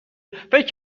فکر